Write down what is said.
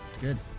good